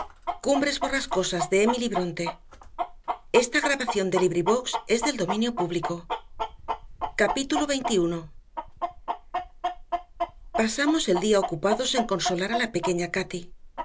veintiuno pasamos el día ocupados en consolar a la pequeña cati